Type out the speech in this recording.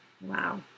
wow